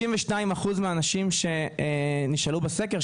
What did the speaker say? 92% מהאנשים שנשאלו בסקר,